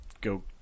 go